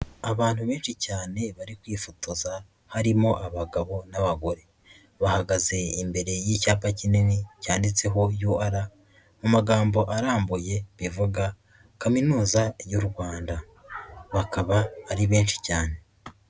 Abantu benshi cyane bari kwifotoza harimo abagabo n'abagore, bahagaze imbere y'icyapa kinini cyanditseho UR, mu magambo arambuye bivuga Kaminuza y'u Rwanda, bakaba ari benshi cyane.